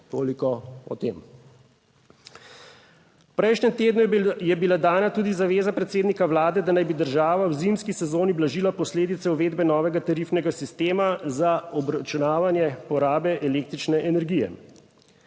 Toliko o tem. V prejšnjem tednu je bila dana tudi zaveza predsednika Vlade, da naj bi država v zimski sezoni ublažila posledice uvedbe novega tarifnega sistema za obračunavanje porabe električne energije.